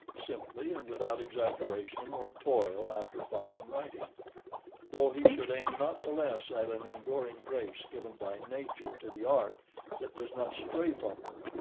simply and without exaggeration or toil after fine writing though he should aim not the less at an enduring grace given by nature to the art that does not stray from her,